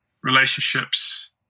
relationships